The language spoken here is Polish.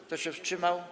Kto się wstrzymał?